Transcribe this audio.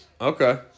Okay